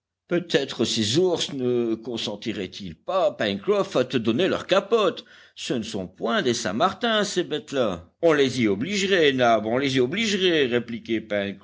peut-être ces ours ne consentiraient ils pas pencroff à te donner leur capote ce ne sont point des saint-martin ces bêtes-là on les y obligerait nab on les y obligerait répliquait